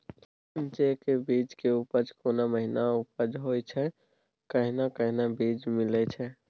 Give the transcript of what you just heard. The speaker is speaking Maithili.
जेय के बीज के उपज कोन महीना उपज होय छै कैहन कैहन बीज मिलय छै?